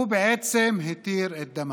והוא בעצם התיר את דמה.